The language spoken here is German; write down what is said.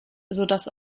sodass